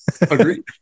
Agreed